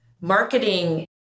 marketing